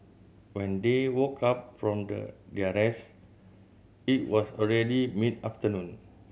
when they woke up from the their rest it was already mid afternoon